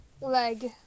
leg